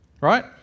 right